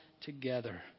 together